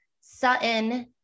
Sutton